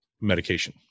medication